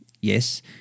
Yes